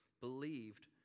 believed